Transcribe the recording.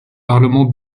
parlement